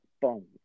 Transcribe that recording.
boom